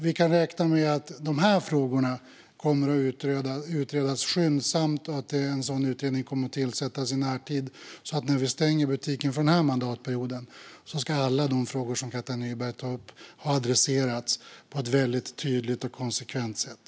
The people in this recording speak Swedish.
Vi kan räkna med att dessa frågor kommer att utredas skyndsamt och att en sådan utredning kommer att tillsättas i närtid så att när vi stänger butiken för denna mandatperiod ska alla de frågor som Katja Nyberg tar upp ha adresserats på ett tydligt och konsekvent sätt.